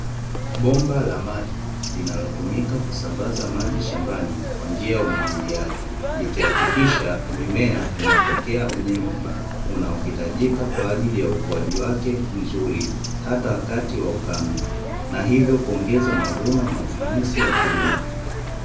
Bomba la maji linalotumika kusambaza maji shambani kwa njia ya umwagiliaji, likihakikishia mimea inapokea unyevu unaohitajika kwa ajili ya ukuaji wake mzuri hata wakati wa ukame. Na hivyo kuongeza mavuno na ufanisi wa kilimo.